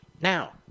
Now